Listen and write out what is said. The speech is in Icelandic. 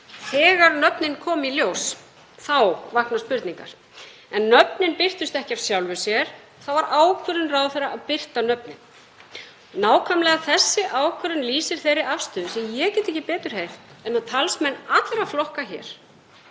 þegar nöfnin komu í ljós þá vöknuðu spurningar, að nöfnin birtust ekki af sjálfu sér. Það var ákvörðun ráðherra að birta nöfnin. Nákvæmlega þessi ákvörðun lýsir þeirri afstöðu sem ég get ekki betur heyrt en að talsmenn allra flokka hér